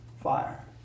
fire